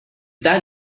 that